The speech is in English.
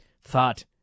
thought